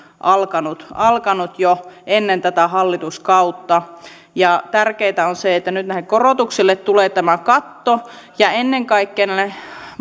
alkanut alkanut jo ennen tätä hallituskautta tärkeintä on se että nyt näille korotuksille tulee tämä katto ja että ennen kaikkea nämä